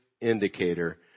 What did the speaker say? indicator